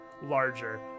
Larger